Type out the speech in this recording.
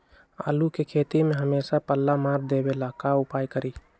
आलू के खेती में हमेसा पल्ला मार देवे ला का उपाय करी?